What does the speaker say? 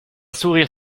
sourire